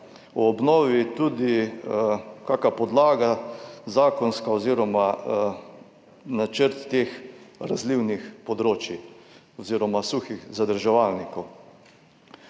o obnovi tudi kakšna podlaga, zakonska oziroma načrt teh razlivnih področij oziroma suhih zadrževalnikov.